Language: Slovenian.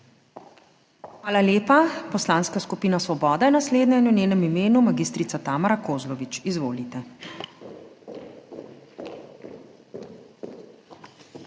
Hvala lepa. Poslanska skupina Svoboda je naslednja in v njenem imenu magistrica Tamara Kozlovič. Izvolite.